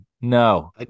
No